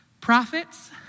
Prophets